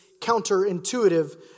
counterintuitive